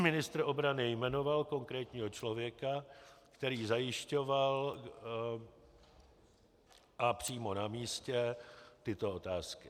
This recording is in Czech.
Ministr obrany jmenoval konkrétního člověka, který zajišťoval, a přímo na místě, tyto otázky.